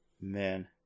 Man